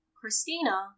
Christina